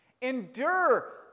Endure